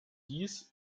dies